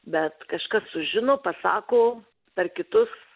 bet kažkas sužino pasako per kitus